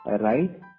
right